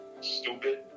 stupid